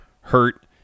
hurt